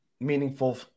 meaningful